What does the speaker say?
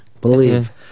Believe